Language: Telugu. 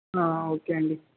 ఓకే అండి